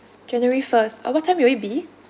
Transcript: january first uh what time will it be